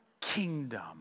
kingdom